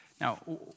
Now